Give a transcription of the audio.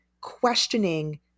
questioning